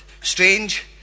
strange